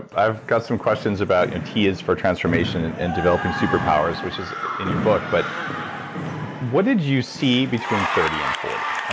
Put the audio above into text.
i've got some questions about and t is for transformation and and developing superpowers, which is in your book. but what did you see between thirty and forty?